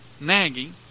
nagging